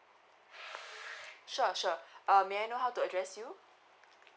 sure sure uh may I know how to address you